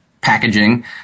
packaging